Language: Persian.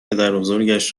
پدربزرگش